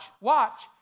watch